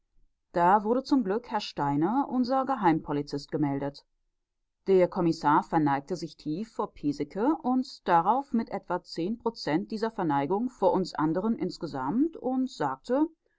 da wurde zum glück herr steiner unser geheimpolizist gemeldet der kommissar verneigte sich tief vor piesecke und darauf mit etwa zehn prozent dieser verneigung vor uns anderen insgesamt und sagte